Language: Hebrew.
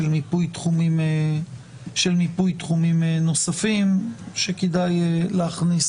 של מיפוי תחומים נוספים שכדאי להכניס